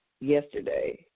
yesterday